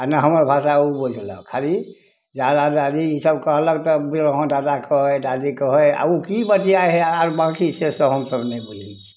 आ ने हमर भाषा ओ बुझलक खाली दादा दादी ई सब कहलक तऽ बुझलहुॅं हँ दादा कहै हइ दादी कहै हइ आ ओ की बतियाइ हइ आर बाँकी से सब हमसब नहि बुझै छी